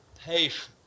patience